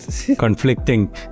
Conflicting